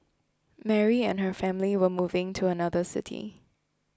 Mary and her family were moving to another city